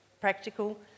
practical